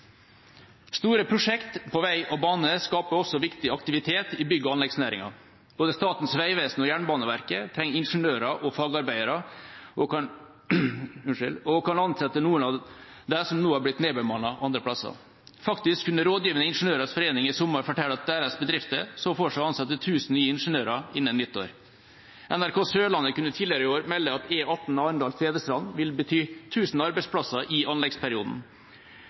Store prosjekter for vei og bane skaper også viktig aktivitet i bygg- og anleggsnæringen. Både Statens vegvesen og Jernbaneverket trenger ingeniører og fagarbeidere og kan ansette noen av dem som nå har blitt nedbemannet andre steder. Faktisk kunne Rådgivende Ingeniørers Forening i sommer fortelle at deres bedrifter så for seg å ansette 1 000 nye ingeniører innen nyttår. NRK Sørlandet kunne tidligere i år melde at E18 Arendal–Tvedestrand vil bety 1 000 arbeidsplasser i anleggsperioden,